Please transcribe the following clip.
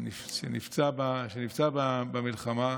שנפצע במלחמה,